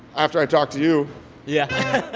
after i talk to you yeah